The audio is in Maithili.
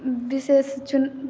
विशेष चुन